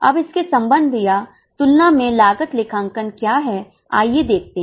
अब इसके संबंध या तुलना में लागत लेखांकन क्या है आइए देखते हैं